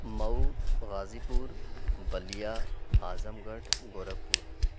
Mau Ghazipur Ballia Azamgarh Gorakhpur